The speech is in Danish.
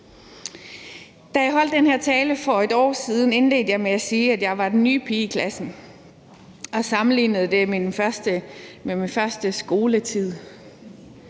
Da jeg holdt den her tale for et år siden, indledte jeg med at sige, at jeg var den nye pige i klassen, og jeg sammenlignede det med min første skoletid.